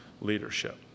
leadership